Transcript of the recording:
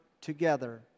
together